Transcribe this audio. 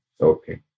Okay